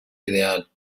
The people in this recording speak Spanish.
ideal